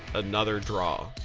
another draw.